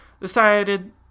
decided